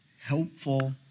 helpful